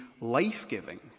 life-giving